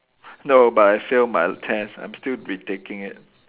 no but I failed my test I'm still retaking it